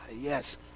Yes